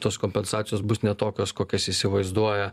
tos kompensacijos bus ne tokios kokias įsivaizduoja